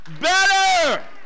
better